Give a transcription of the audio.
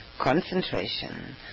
concentration